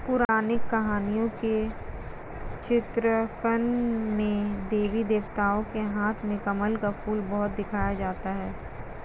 पौराणिक कहानियों के चित्रांकन में देवी देवताओं के हाथ में कमल का फूल बहुधा दिखाया जाता है